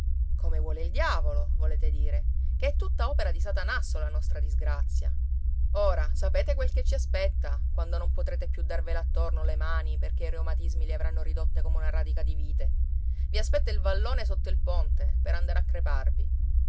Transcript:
come vuole il diavolo volete dire che è tutta opera di satanasso la nostra disgrazia ora sapete quel che ci aspetta quando non potrete più darvele attorno le mani perché i reumatismi le avranno ridotte come una radica di vite i aspetta il vallone sotto il ponte per andare a creparvi